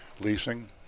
leasing